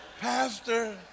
Pastor